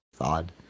Odd